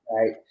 Right